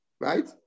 Right